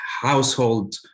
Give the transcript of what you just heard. household